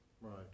Right